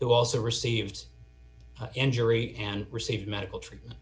who also received injury and receive medical treatment